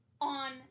on